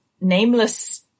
nameless